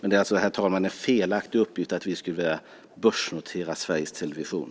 Det är, herr talman, alltså en felaktig uppgift att vi skulle vilja börsnotera Sveriges Television.